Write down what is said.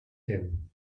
him